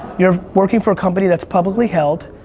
you're working for a company that's publicly held,